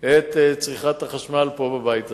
את צריכת החשמל בבית הזה.